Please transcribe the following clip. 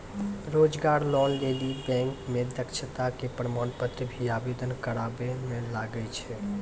रोजगार लोन लेली बैंक मे दक्षता के प्रमाण पत्र भी आवेदन करबाबै मे लागै छै?